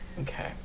Okay